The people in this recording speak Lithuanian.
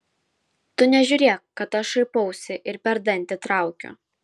tu nežiūrėk kad aš šaipausi ir per dantį traukiu